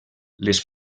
les